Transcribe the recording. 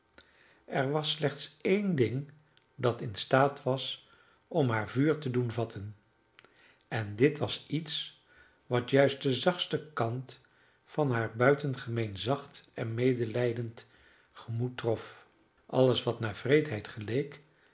er was slechts één ding dat in staat was om haar vuur te doen vatten en dit was iets wat juist den zachtsten kant van haar buitengemeen zacht en medelijdend gemoed trof alles wat naar wreedheid geleek